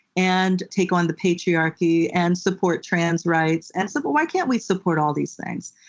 and take on the patriarchy, and support trans rights? and so but why can't we support all these things?